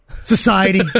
Society